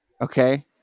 okay